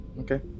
okay